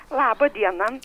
laba diena